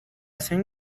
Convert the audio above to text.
صمیم